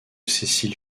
cecil